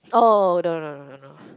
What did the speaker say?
oh no no no no no